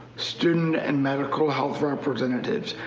student and medical health represents,